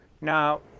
Now